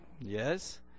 Yes